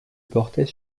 portait